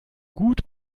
gut